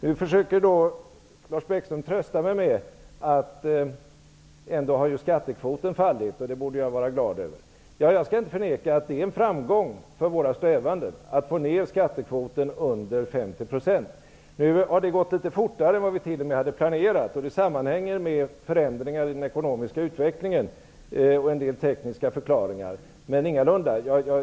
Nu försöker Lars Bäckström trösta mig med att skattekvoten har fallit, vilket jag borde vara glad över. Ja, jag skall inte förneka att det är en framgång för våra strävanden att få ned skattekvoten under 50 %. Nu har det t.o.m. gått litet fortare än vi hade planerat, vilket sammanhänger med förändringar i den ekonomiska utvecklingen och en del tekniska omständigheter.